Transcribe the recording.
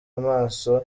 amaso